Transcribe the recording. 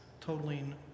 totaling